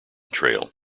trail